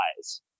eyes